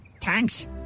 thanks